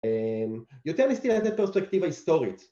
‫יותר להסתיר את הפרספקטיבה היסטורית.